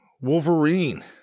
Wolverine